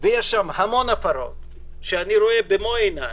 באזור שלי יש המון הפרות שאני רואה אל מול עיני.